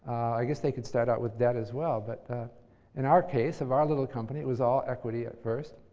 i guess they could start out with debt as well, but in our case of our little company, it was all equity at first,